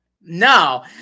No